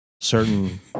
certain